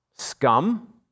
Scum